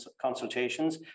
consultations